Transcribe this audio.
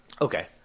Okay